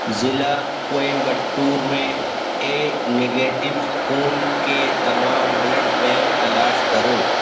ضلع کوئمبٹور میں A negative خون کے تمام بلڈ بینک تلاش کرو